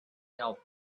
health